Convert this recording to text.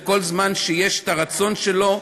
כל זמן שיש את הרצון שלו,